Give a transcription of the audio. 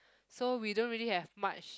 so we don't really have much